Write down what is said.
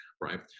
right